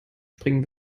springen